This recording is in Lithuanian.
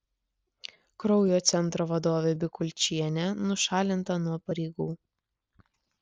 kraujo centro vadovė bikulčienė nušalinta nuo pareigų